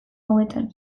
hauetan